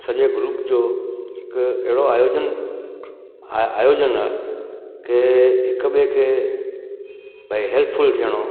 सॼे ग्रुप जो हिकु अहिड़ो आयोजन आहे आयोजन आहे की हिकु ॿिए खे भई हैल्पफुल थियणो